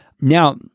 now